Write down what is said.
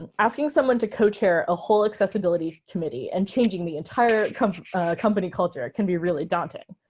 and asking someone to co-chair a whole accessibility committee and changing the entire company company culture can be really daunting.